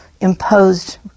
imposed